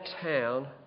town